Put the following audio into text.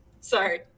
Sorry